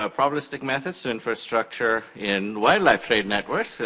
ah probabilistic methods to infer structure in wildlife trade networks,